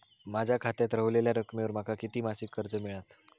माझ्या खात्यात रव्हलेल्या रकमेवर माका किती मासिक कर्ज मिळात?